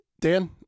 Dan